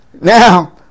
now